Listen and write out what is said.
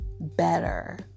better